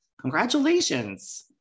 congratulations